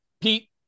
Pete